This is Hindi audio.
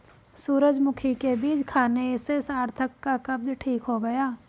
सूरजमुखी के बीज खाने से सार्थक का कब्ज ठीक हो गया